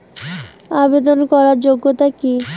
আবেদন করার যোগ্যতা কি?